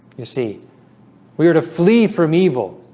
you see we were to flee from evil